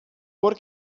por